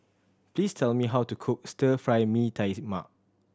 please tell me how to cook Stir Fry Mee Tai Mak